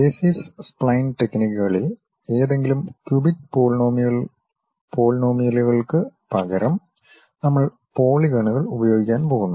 basis spline ടെക്നിക്കുകളിൽ ഏതെങ്കിലും cubic പോളിനോമിയലുകൾക്ക് പകരം നമ്മൾ പോളിഗണുകൾ ഉപയോഗിക്കാൻ പോകുന്നു